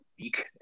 week